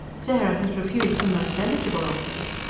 sarah has refused the most eligible offers.